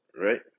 Right